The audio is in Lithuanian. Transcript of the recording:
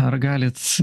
ar galit